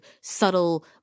subtle